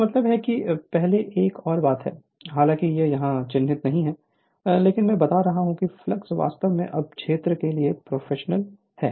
इसका मतलब है कि पहले एक और बात है हालांकि यह यहाँ चिह्नित नहीं है लेकिन मैं बता रहा हूं कि फ्लक्स वास्तव में अब क्षेत्र के लिए प्रोफेशनल है